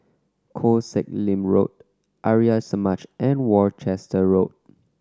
Koh Sek Lim Road Arya Samaj and Worcester Road